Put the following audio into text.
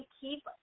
keep